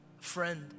friend